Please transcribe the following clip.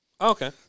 Okay